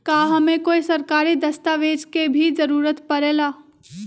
का हमे कोई सरकारी दस्तावेज के भी जरूरत परे ला?